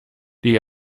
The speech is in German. die